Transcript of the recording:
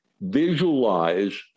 visualize